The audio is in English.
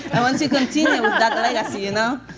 i want to continue that legacy, you know.